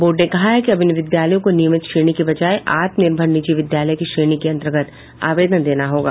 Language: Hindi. बोर्ड ने कहा है कि अब इन विद्यालयों को नियमित श्रेणी के बजाय आत्मनिर्भर निजी विद्यालय की श्रेणी के अन्तर्गत आवेदन देना होगा